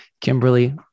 Kimberly